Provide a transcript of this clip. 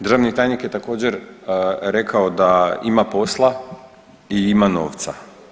Državni tajnik je također rekao da ima posla i ima novca.